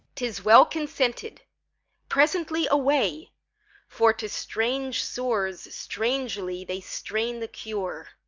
tis well consented presently away for to strange sores strangely they strain the cure.